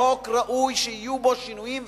החוק ראוי שיהיו בו שינויים ותיקונים,